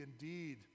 indeed